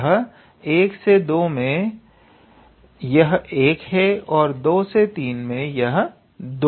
अतः 12 मे यह 1 है और 23 मे यह 2 है